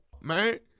man